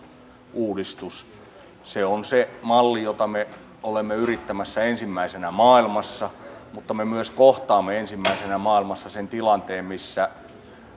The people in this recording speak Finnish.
uudistus se on se malli jota me olemme yrittämässä ensimmäisenä maailmassa mutta me myös kohtaamme ensimmäisenä maailmassa sen tilanteen missä